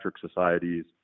societies